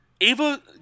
Ava